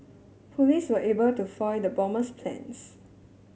police were able to foil the bomber's plans